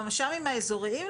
במש"מים האזוריים,